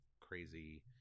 crazy